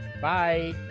Bye